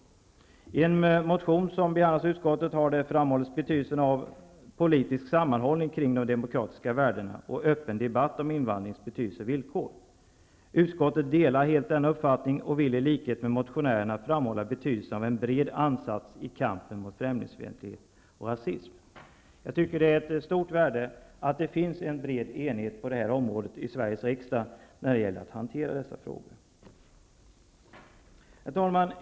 I motion Sf614 har framhållits bl.a. betydelsen av politisk sammanhållning kring de demokratiska värdena och öppen debatt om invandringens betydelse och villkor. Utskottet delar helt denna uppfattning och vill i likhet med motionärerna framhålla betydelsen av en bred ansats i kampen mot främlingsfientlighet och rasism.'' Jag tycker att det är av stort värde att det finns en bred enighet på det här området i Sveriges riksdag när det gäller att hantera dessa frågor. Herr talman!